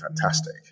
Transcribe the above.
fantastic